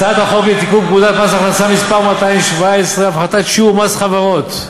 הצעת חוק לתיקון פקודת מס הכנסה (מס' 217) (הפחתת שיעור מס חברות)